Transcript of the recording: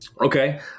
Okay